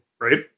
right